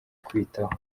kwitaho